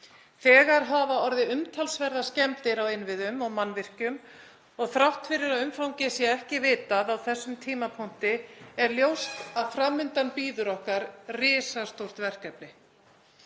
Þegar hafa orðið umtalsverðar skemmdir á innviðum og mannvirkjum og þrátt fyrir að umfangið sé ekki vitað á þessum tímapunkti er ljóst að okkar bíður risastórt verkefni.